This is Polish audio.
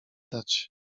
dać